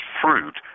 fruit